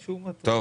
תודה.